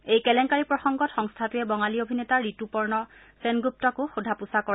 এই কেলংকাৰি প্ৰসংগত সংস্থাটোৰে বঙালী অভিনেতা ঋতুপৰ্ণ সেনগুপ্তাকো সোধা পোছা কৰে